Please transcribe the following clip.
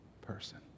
person